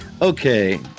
Okay